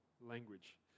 language